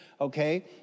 Okay